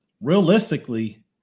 realistically